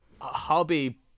Hobby